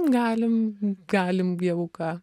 galim galim jeigu ką